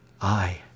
I